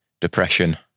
depression